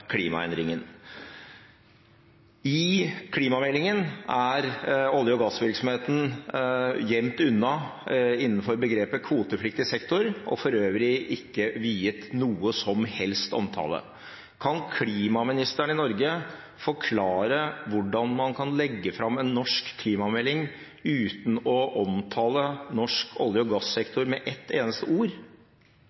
klimaendringen. I klimameldingen er olje- og gassvirksomheten gjemt unna innenfor begrepet «kvotepliktig sektor» og for øvrig ikke viet noen som helst omtale. Kan klimaministeren i Norge forklare hvordan man kan legge fram en norsk klimamelding uten å omtale norsk olje- og gassektor med ett eneste ord?